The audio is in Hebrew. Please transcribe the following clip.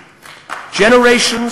זה נאמר נכון,